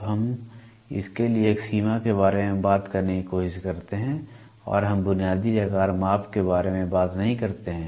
तो हम इसके लिए एक सीमा के बारे में बात करने की कोशिश करते हैं और हम बुनियादी आकार माप के बारे में बात नहीं करते हैं